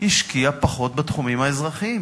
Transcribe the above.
השקיעה פחות בתחומים האזרחיים.